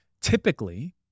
Typically